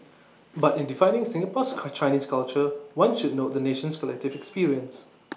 but in defining Singapore's cut Chinese culture one should note the nation's collective experience